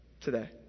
today